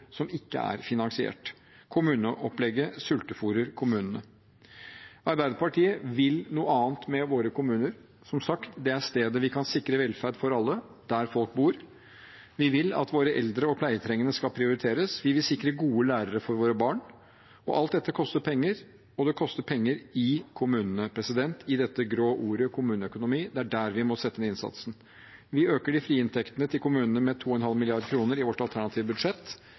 som ikke er finansiert. Kommuneopplegget sultefôrer kommunene. Arbeiderpartiet vil noe annet med våre kommuner. Som sagt: Det er stedet vi kan sikre velferd for alle, der folk bor. Vi vil at våre eldre og pleietrengende skal prioriteres. Vi vil sikre gode lærere for våre barn. Alt dette koster penger, og det koster penger i kommunene. Det er i dette grå ordet «kommuneøkonomi» vi må sette inn innsatsen. Vi øker de frie inntektene til kommunene med 2,5 mrd. kr i vårt alternative budsjett.